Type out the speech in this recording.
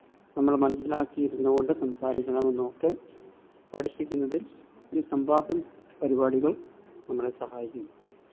നമ്മൾ മനസ്സിലാക്കിയിരുന്നു കൊണ്ട് സംസാരിക്കണമെന്നുമൊക്കെ പഠിപ്പിക്കുന്നതിൽ ഈ സംവാദം പരിപാടികള് നമ്മളെ സഹായിക്കുന്നു